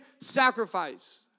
sacrifice